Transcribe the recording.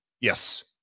Yes